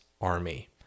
army